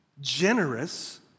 generous